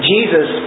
Jesus